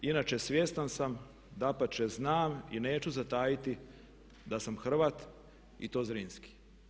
Inače, svjestan sam dapače znam i neću zatajiti da sam Hrvat i to Zrinski.